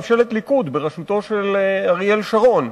ממשלת ליכוד בראשותו של אריאל שרון,